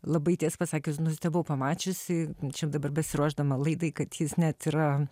labai tiesą pasakius nustebau pamačiusi čia dabar besiruošdama laidai kad jis net yra